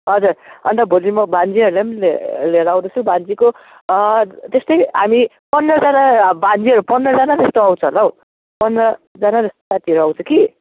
हजुर अन्त भोलि म भान्जीहरूलाई पनि लिएर आउँदैछु भान्जीको त्यस्तै हामी पन्ध्रजना भान्जीहरू पन्ध्रजना जस्तो आउँछ होला हौ पन्ध्रजना जस्तो साथीहरू आउँछ कि